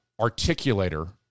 articulator